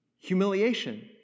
Humiliation